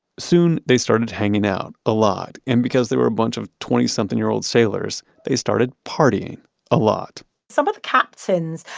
soon they started hanging out a lot and because they were a bunch of twenty-something-year-old sailors, they started partying a lot some of the captains,